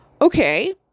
Okay